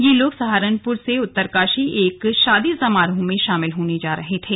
यह लोग सहारनपुर से उत्तरकाशी किसी शादी समारोह में शामिल होने जा रहे थे